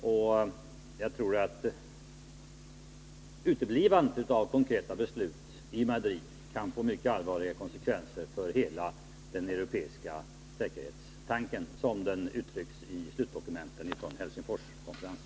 Och jag tror att uteblivandet av konkreta beslut i Madrid kan få mycket allvarliga konsekvenser för hela den europeiska säkerhetstanken, som den uttrycks i slutdokumenten från Helsingforskonferensen.